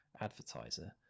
advertiser